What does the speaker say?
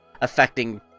affecting